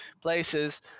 places